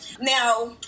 Now